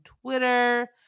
Twitter